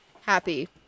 happy